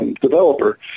developer